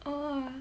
oh